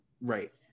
right